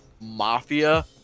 mafia